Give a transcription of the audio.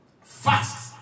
Fast